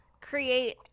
create